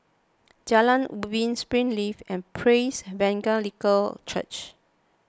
Jalan Ubin Springleaf and Praise Evangelical Church